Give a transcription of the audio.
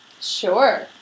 Sure